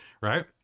right